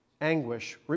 anguish